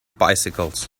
bicycles